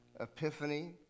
Epiphany